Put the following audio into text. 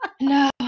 no